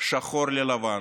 שחור ללבן,